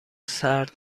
سرد